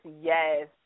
yes